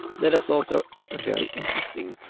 that is also very interesting.